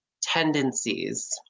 tendencies